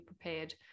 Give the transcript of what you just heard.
prepared